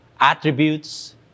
attributes